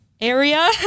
area